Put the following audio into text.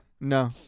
No